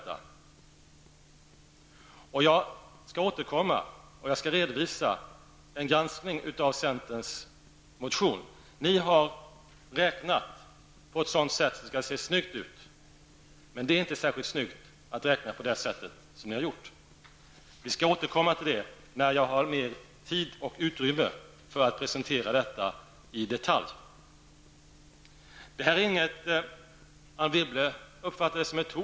Jag skall återkomma med en granskning av centerns motion. Ni har räknat så att det skall se snyggt ut, men det är inte särskilt snyggt att räkna på det sättet. Jag skall återkomma till det när jag har mer tid och utrymme för att presentera detta i detalj. Anne Wibble uppfattar detta som ett hot.